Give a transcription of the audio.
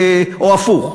או הפוך.